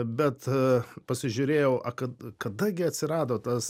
bet pasižiūrėjau aka kada gi atsirado tas